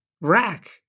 rack